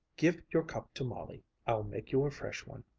give your cup to molly i'll make you a fresh one.